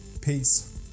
Peace